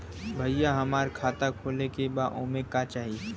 भईया हमार खाता खोले के बा ओमे का चाही?